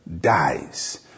dies